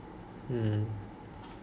hmm